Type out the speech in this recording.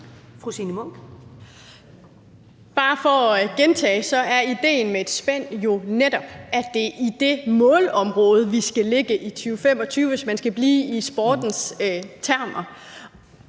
Bare for at gentage det, så er idéen med et spænd jo netop, at det er det målområde – hvis man skal blive i sportens termer